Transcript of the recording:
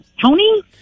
Tony